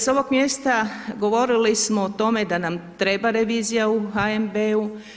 S ovog mjesta govorili smo o tome da nam treba revizija u HNB-u.